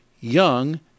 young